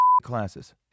classes